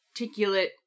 articulate